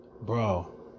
Bro